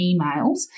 emails